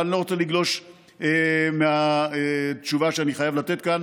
אבל אני לא רוצה לגלוש מהתשובה שאני חייב לתת כאן.